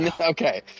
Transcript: Okay